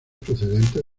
procedentes